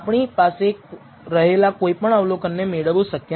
આપણી પાસે રહેલા કોઈપણ અવલોકનને મેળવવું શક્ય નથી